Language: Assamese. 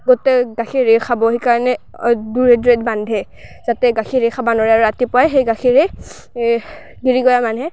গোটেই গাখীৰেই খাব সেইকাৰণে দূৰত দূৰত বান্ধে যাতে গাখীৰে খাব নৰে ৰাতিপুৱাই সেই গাখীৰেই গিৰিগয়া মানে